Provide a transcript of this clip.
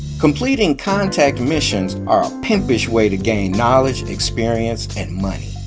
completing contact missions are a pimpish way to gain knowledge, experience and money.